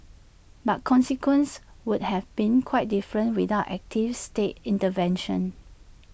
but consequences would have been quite different without active state intervention